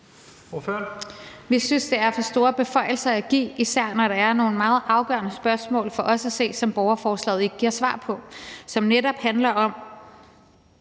Vi synes, det er for store beføjelser at give, især når der for os at se er nogle meget afgørende spørgsmål, som borgerforslaget ikke giver svar på. Det handler netop